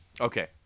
Okay